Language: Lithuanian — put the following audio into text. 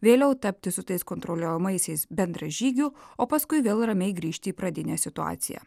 vėliau tapti su tais kontroliuojamaisiais bendražygiu o paskui vėl ramiai grįžti į pradinę situaciją